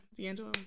D'Angelo